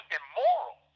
immoral